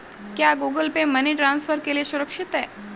क्या Google Pay money transfer के लिए सुरक्षित है?